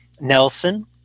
nelson